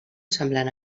semblant